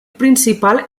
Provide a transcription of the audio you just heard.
principal